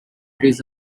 trees